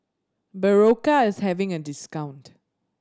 Berocca is having a discount